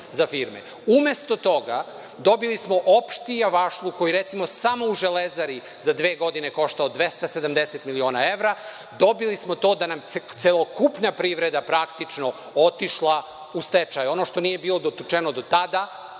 za firme. Umesto toga dobili smo opšti javašluk koji recimo samo u „Železari“ za dve godine košta 270 miliona evra. Dobili smo to da se celokupna privreda praktično je otišla u stečaj. Ono što nije bilo dotučeno do tada